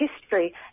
history